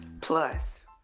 Plus